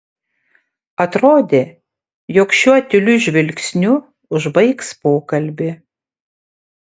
atrodė jog šiuo tyliu žvilgsniu užbaigs pokalbį